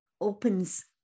opens